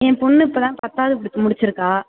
என் பொண்ணு இப்ப தான் பத்தாவது முடிச்சிருக்கா